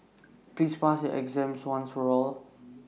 please pass your exam once and for all